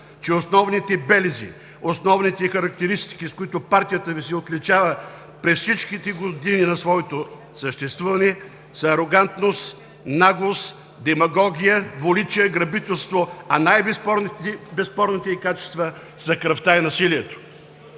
че основните белези, основните характеристики, с които партията Ви се отличава през всичките години на своето съществуване, са арогантност, наглост, демагогия, двуличие, грабителство, а най-безспорните ѝ качества са кръвта и насилието.